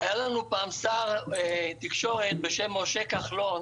היה לנו פעם שר תקשורת בשם משה כחלון